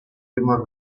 prima